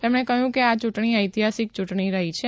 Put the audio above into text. તેમણે કહ્યું કે આ ચૂંટણી ઐતિહાસિક ચૂંટણી રહી છે